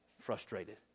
Frustrated